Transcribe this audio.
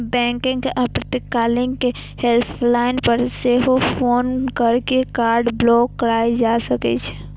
बैंकक आपातकालीन हेल्पलाइन पर सेहो फोन कैर के कार्ड ब्लॉक कराएल जा सकै छै